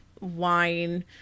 Wine